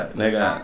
nigga